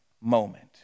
moment